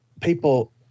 people